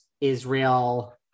Israel